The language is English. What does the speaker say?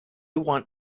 want